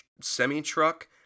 semi-truck